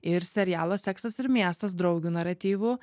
ir serialo seksas ir miestas draugių naratyvu